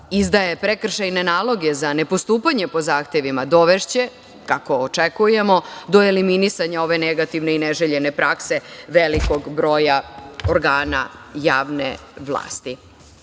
izdaje prekršajne nalog za ne postupanje po zahtevima, dovešće, kako očekujemo, do eliminisanja ove negativne i neželjene prakse velikog broja organa javne